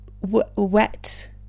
wet